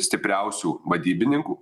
stipriausių vadybininkų